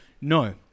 no